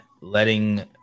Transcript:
letting